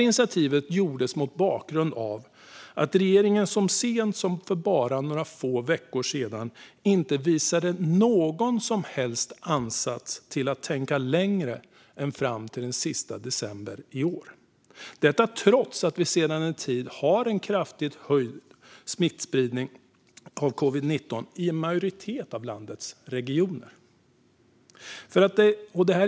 Initiativet förslogs mot bakgrund av att regeringen så sent som för bara några få veckor sedan inte visade någon som helst ansats till att tänka längre än fram till den 31 december i år - detta trots att vi sedan en tid har en kraftigt ökad smittspridning av covid-19 i en majoritet av landets regioner.